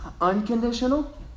unconditional